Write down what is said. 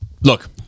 Look